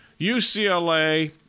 UCLA